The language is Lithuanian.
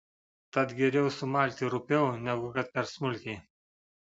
tad geriau sumalti rupiau negu kad per smulkiai